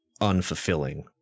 unfulfilling